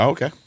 Okay